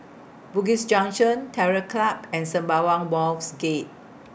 Bugis Junction Terror Club and Sembawang Wharves Gate